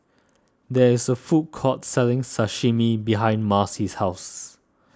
there is a food court selling Sashimi behind Marcy's house